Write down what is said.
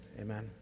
amen